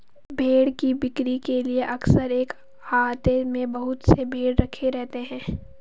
भेंड़ की बिक्री के लिए अक्सर एक आहते में बहुत से भेंड़ रखे रहते हैं